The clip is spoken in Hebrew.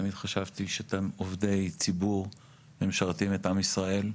תמיד חשבתי שאתם עובדי ציבור ומשרתים את עם ישראל.